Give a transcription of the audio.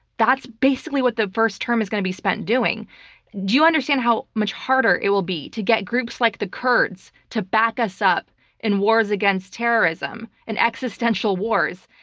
that's basically what the first term is going to be spent doing. do you understand how much harder it will be to get groups like the kurds to back us up in wars against terrorism and existential wars?